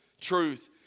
truth